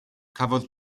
cafodd